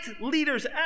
leaders